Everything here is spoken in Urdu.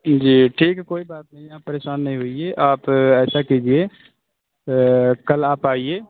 جی ٹھیک ہے کوئی بات نہیں آپ پریشان نہیں ہوئیے آپ ایسا کیجیے کل آپ آئیے